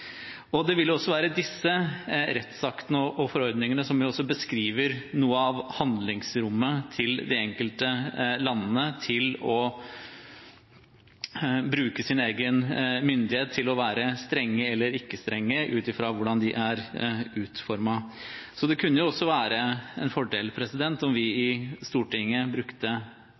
forankring. Det vil også være disse rettsaktene og forordningene som beskriver noe av handlingsrommet til de enkelte landene til å bruke sin egen myndighet til å være strenge eller ikke strenge ut fra hvordan de er utformet. Så det kunne være en fordel om vi i Stortinget brukte